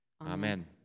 Amen